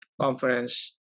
conference